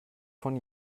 von